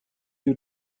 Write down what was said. you